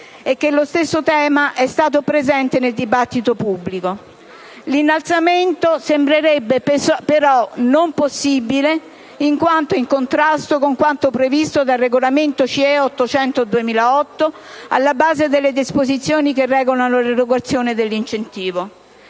e che lo stesso tema è stato presente nel dibattito pubblico. L'innalzamento sembrerebbe però non possibile, in quanto in contrasto con quanto previsto dal regolamento CE n. 800 del 2008, alla base delle disposizioni che regolano l'erogazione dell'incentivo.